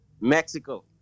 Mexico